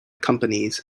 companies